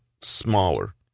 smaller